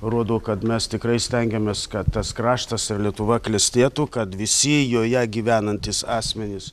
rodo kad mes tikrai stengiamės kad tas kraštas lietuva klestėtų kad visi joje gyvenantys asmenys